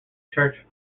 church